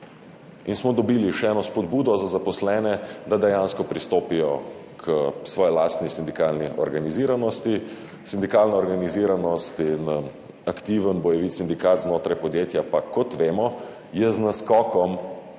In smo dobili še eno spodbudo za zaposlene, da dejansko pristopijo k svoji lastni sindikalni organiziranosti. Sindikalna organiziranost in aktiven, bojevit sindikat znotraj podjetja pa je, kot vemo, z naskokom